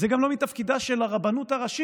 זה גם לא מתפקידה של הרבנות הראשית